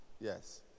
Yes